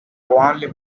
only